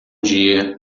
dia